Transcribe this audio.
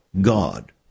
God